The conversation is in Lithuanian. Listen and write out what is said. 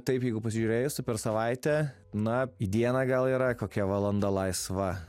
taip jeigu pažiūrėjus tai per savaitę na dieną gal yra kokia valanda laisva